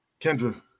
Kendra